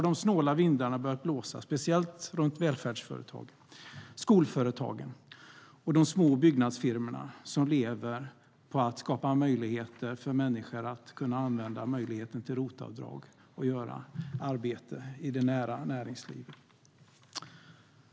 De snåla vindarna har börjat blåsa, speciellt runt välfärdsföretagen, skolföretagen och de små byggnadsfirmorna som lever på att skapa möjligheter för människor att använda ROT-avdraget och göra arbete i det nära näringslivet.